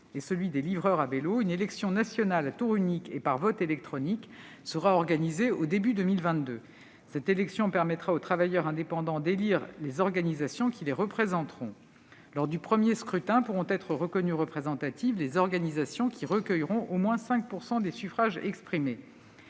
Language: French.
et des livreurs à vélo, une élection nationale, à tour unique et par vote électronique, sera organisée au début de l'année 2022. Cette élection permettra aux travailleurs indépendants d'élire les organisations qui les représenteront. Lors du premier scrutin, pourront être reconnues représentatives les organisations qui recueilleront au moins 5 % des suffrages exprimés.